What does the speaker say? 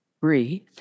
Breathe